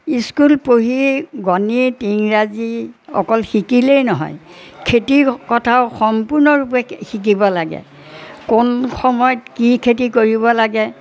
school পঢ়ি গণিত ইংৰাজী অকল শিকিলেই নহয় খেতিৰ কথাও সম্পূৰ্ণৰূপে শিকিব লাগে কোন সময়ত কি খেতি কৰিব লাগে